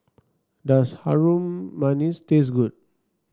does Harum Manis taste good